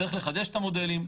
צריך לחדש את המודלים,